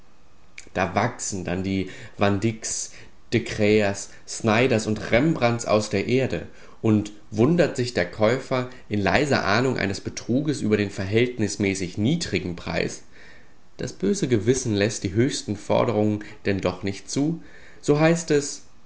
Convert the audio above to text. da wachsen denn die van dycks de crayers snyders und rembrandts aus der erde und wundert sich der käufer in leiser ahnung eines betruges über den verhältnismäßig niedrigen preis das böse gewissen läßt die höchsten forderungen denn doch nicht zu so heißt es